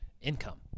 income